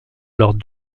lors